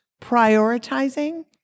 prioritizing